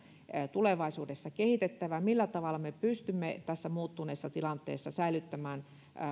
tulevaisuudessa kehitettävä millä tavalla me pystymme tässä muuttuneessa tilanteessa säilyttämään